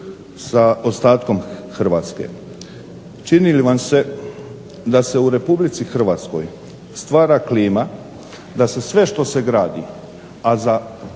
sa ostatkom Hrvatske. Čini li vam se da se u RH stvara klima da se sve što se gradi, a za